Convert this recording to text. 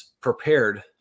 prepared